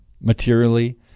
materially